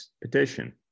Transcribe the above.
petition